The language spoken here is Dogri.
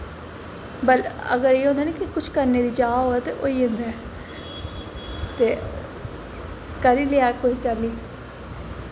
अगर एह् होंदा नी करने दी चाह् होऐ ते होई जंदा ते करी लेई कुसै चाल्ली